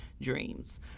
dreams